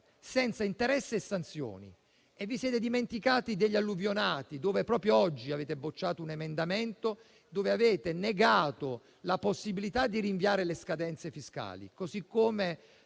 senza interessi e sanzioni. Vi siete dimenticati degli alluvionati, visto che proprio oggi avete bocciato un emendamento, in cui avete negato la possibilità di rinviare le scadenze fiscali, così come